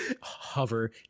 Hover